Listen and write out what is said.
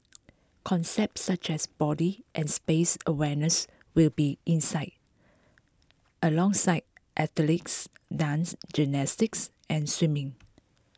concepts such as body and space awareness will be inside alongside athletics dance gymnastics and swimming